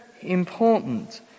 important